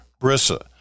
Brissa